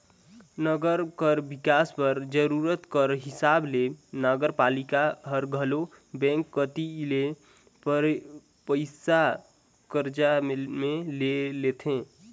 नंगर कर बिकास बर जरूरत कर हिसाब ले नगरपालिका हर घलो बेंक कती ले पइसा करजा में ले लेथे